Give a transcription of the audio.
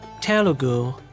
Telugu